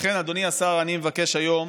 לכן, אדוני השר, אני מבקש היום